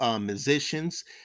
musicians